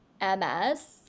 MS